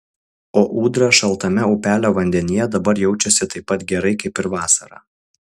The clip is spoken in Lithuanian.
o ūdra šaltame upelio vandenyje dabar jaučiasi taip pat gerai kaip ir vasarą